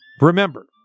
remember